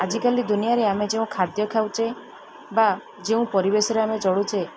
ଆଜିକାଲି ଦୁନିଆରେ ଆମେ ଯେଉଁ ଖାଦ୍ୟ ଖାଉଛେ ବା ଯେଉଁ ପରିବେଶରେ ଆମେ ଚଳୁଛେ